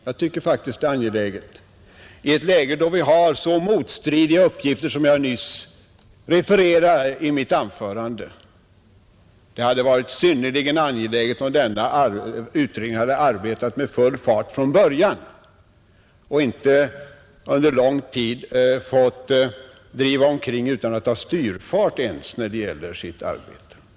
Jag tycker faktiskt den är angelägen i ett läge då vi har så motstridiga uppgifter som jag nyss refererat i mitt anförande, Det hade varit synnerligen angeläget att denna utredning hade arbetat med full fart från början och inte under lång tid fått driva omkring utan att ha styrfart ens i arbetet.